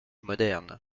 moderne